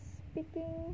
speaking